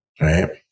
Right